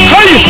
Hey